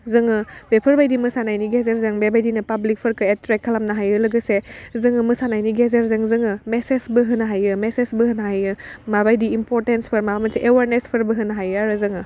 जोङो बेफोरबायदि मोसानायनि गेजेरजों बेबायदिनो पाब्लिकफोरखो एट्राक्ट खालामनो हायो लोगोसे जोङो मोसानायनि गेजेरजों जोङो मेसेसबो होनो हायो मेसेसबो होनो हायो माबायदि इनफरटेन्सफ्रा माबा मोनसे एवारनेसफोरबो होनो हायो आरो जोङो